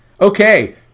Okay